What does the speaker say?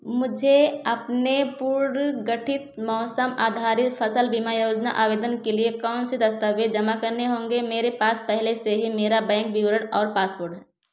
मुझे अपने पूर्णगठित मौसम आधारित फसल बीमा योजना आवेदन के लिए कौन से दस्तावेज़ जमा करने होंगे मेरे पास पहले से ही मेरा बैंक विवरण और पासपोर्ट है